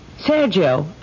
Sergio